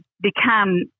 become